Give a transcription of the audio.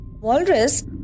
Walrus